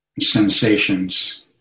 sensations